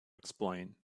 explain